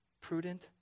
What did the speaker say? prudent